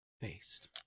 faced